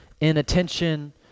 inattention